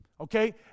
okay